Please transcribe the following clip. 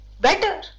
better